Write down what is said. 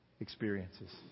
experiences